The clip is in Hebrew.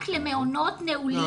רק למעונות נעולים.